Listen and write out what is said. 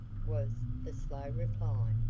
was the slow reply,